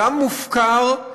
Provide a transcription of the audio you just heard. גם מופקר,